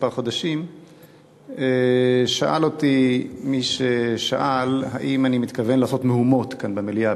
חודשים שאל אותי מי ששאל אם אני מתכוון לעשות מהומות כאן במליאה,